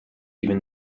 even